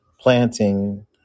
planting